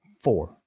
Four